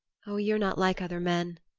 oh, you're not like other men,